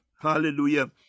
Hallelujah